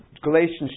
Galatians